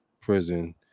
prison